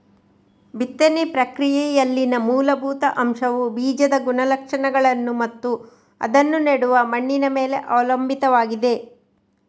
ಬಿತ್ತನೆ ಪ್ರಕ್ರಿಯೆಯಲ್ಲಿನ ಮೂಲಭೂತ ಅಂಶವುಬೀಜದ ಗುಣಲಕ್ಷಣಗಳನ್ನು ಮತ್ತು ಅದನ್ನು ನೆಡುವ ಮಣ್ಣಿನ ಮೇಲೆ ಅವಲಂಬಿತವಾಗಿದೆ